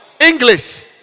English